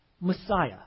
Messiah